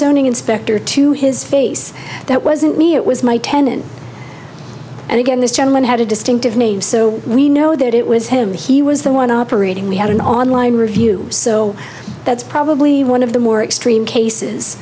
zoning inspector to his face that wasn't me it was my tenant and again this gentleman had a distinctive name so we know that it was him he was the one operating we had an online review so that's probably one of the more extreme cases